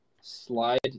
slide